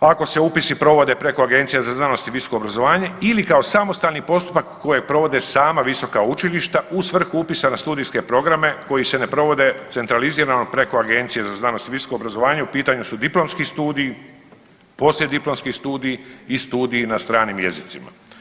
ako se upisi provode preko Agencije za znanost i visoko obrazovanje ili kao samostalni postupak koji provode sama visoka učilišta u vrhu upisa na studijske programe koji se ne provode centralizirano preko Agencije za znanost i visoko obrazovanje, u pitanju su diplomski studiji, poslijediplomski studiji i studiji na stranim jezicima.